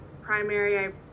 primary